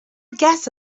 guess